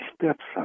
stepson